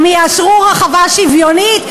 אם יאשרו רחבה שוויונית.